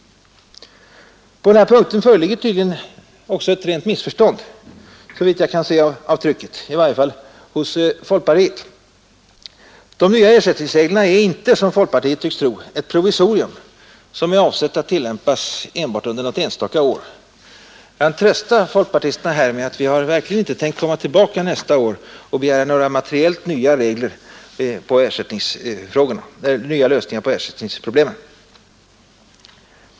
På den punkten föreligger tydligen dessutom ett rent missförstånd, i vart fall hos folkpartiet, såvitt jag kan se av trycket. De nya ersättningsreglerna är inte, som folkpartiet tycks tro, ett provisorium som är avsett att tillämpas enbart under något enstaka år. Jag kan trösta folkpartisterna med att vi verkligen inte har tänkt komma tillbaka nästa år och begära några materiellt nya regler som skall lösa ersättningsproblemen.